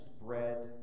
bread